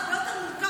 זה הרבה יותר מורכב.